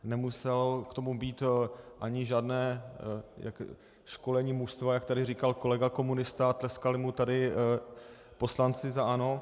Nemuselo k tomu být ani žádné školení mužstva, jak tady říkal kolega komunista, a tleskali mu tady poslanci za ANO.